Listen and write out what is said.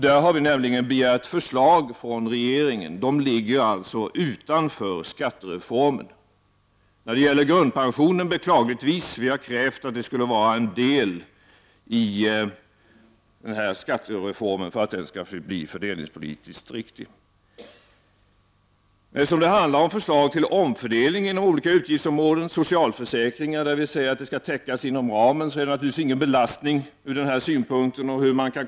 Vi har nämligen begärt förslag härom från regeringen. Detta ligger således utanför skattereformen. Vi har krävt att höjningen av grundpensionen skulle vara en del av skattereformen för att denna skulle bli fördelningspolitiskt riktig. Eftersom det handlar om förslag till omfördelning inom samma ramar för de olika utgiftsområdena, är det ingen ytterligare belastning vid den här tidpunkten.